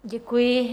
Děkuji.